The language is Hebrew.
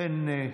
אין.